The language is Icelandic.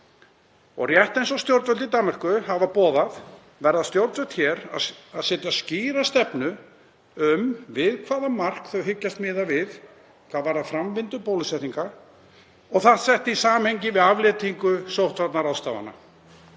Rétt eins og stjórnvöld í Danmörku hafa boðað verða stjórnvöld hér að setja skýra stefnu um hvaða mark þau hyggjast miða við hvað varðar framvindu bólusetninga og setja í samhengi við afléttingu sóttvarnaráðstafana.